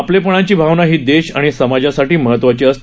आपलेपणाची भावना ही देश आणि समाजासाठी महत्वाची असते